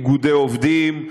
איגודי עובדים,